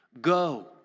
Go